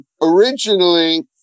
Originally